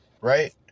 right